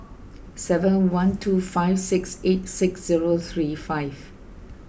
seven one two five six eight six zero three five